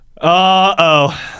Uh-oh